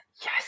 Yes